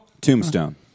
Tombstone